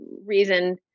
reason